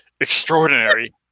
extraordinary